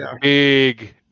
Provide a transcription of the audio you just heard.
big